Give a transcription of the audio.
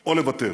או לבטל.